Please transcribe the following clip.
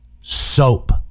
soap